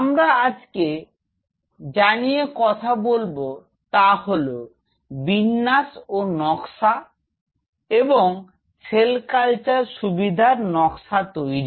আমরা আজকে জানিয়ে কথা বলবো তা হল বিন্যাস ও নকশা এবং সেল কালচার সুবিধার নকশা তৈরি